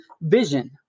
vision